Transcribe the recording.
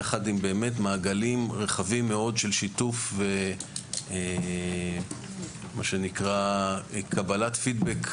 יחד עם מעגלים רחבים מאוד של שיתוף ומה שנקרא קבלת פידבק,